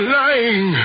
lying